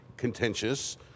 contentious